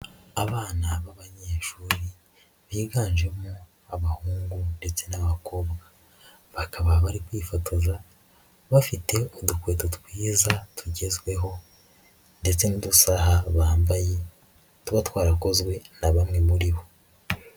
Abana b'abanyeshuri biganjemo abahungu ndetse n'abakobwa, bakaba bari kwifotoza bafite udukweto twiza tugezweho ndetse n'udusaha bambaye tuba twarakozwe na bamwe muri bo.